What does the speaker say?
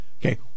Okay